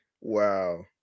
Wow